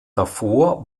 davor